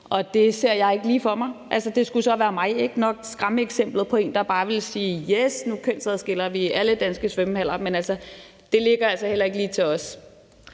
det ser jeg ikke lige for mig. Det skulle så være mig som skrækeksemplet på en, der bare ville sige: Yes, nu kønsadskiller vi alle danske svømmehaller. Men det ligger altså heller ikke lige til os.